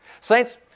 Saints